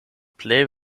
plej